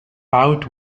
out